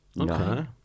Okay